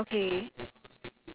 okay that's very nice